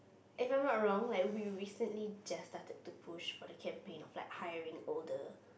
if I'm not wrong like we recently just started to push for the campaign of like hiring older